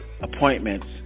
appointments